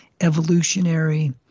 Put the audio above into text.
evolutionary